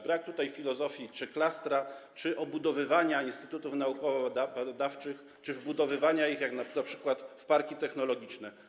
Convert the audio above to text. Brak tutaj filozofii, koncepcji klastra, obudowywania instytutów naukowo-badawczych czy wbudowywania ich np. w parki technologiczne.